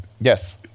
Yes